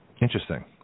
Interesting